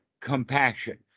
compassion